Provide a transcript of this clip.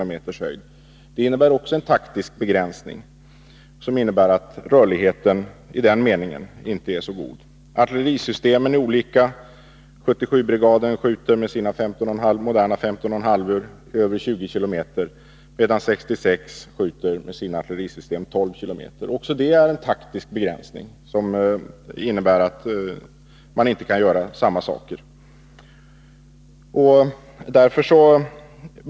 Också det innebär en taktisk begränsning som medför att rörligheten i den meningen inte är så god. Artillerisystemen är olika. 77-brigaden skjuter med sina moderna 15,5-or över 20 km, medan 66-brigaden med sina artillerisystem skjuter 12 km. Även det innebär en taktisk begränsning. Man har alltså inte samma möjligheter.